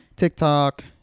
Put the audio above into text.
TikTok